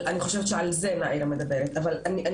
אני חושבת שעל זה את מדברת.